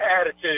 attitude